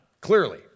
Clearly